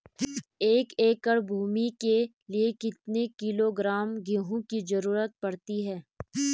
एक एकड़ भूमि के लिए कितने किलोग्राम गेहूँ की जरूरत पड़ती है?